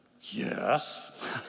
yes